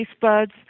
buds